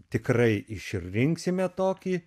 tikrai išrinksime tokį